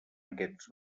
aquests